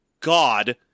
God